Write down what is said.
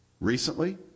Recently